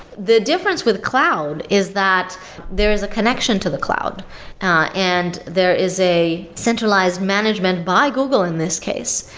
the difference with cloud is that there is a connection to the cloud and there is a centralized management by google in this case,